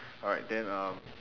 alright then um